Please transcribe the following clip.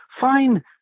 Fine